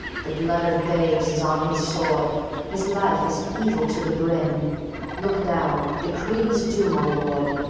the blood of babes is on his sword his life is evil to the brim look down, decree his doom, o lord!